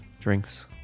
drinks